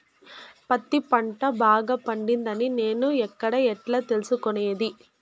పత్తి పంట బాగా పండిందని నేను ఎక్కడ, ఎట్లా తెలుసుకునేది?